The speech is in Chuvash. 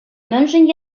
мӗншӗн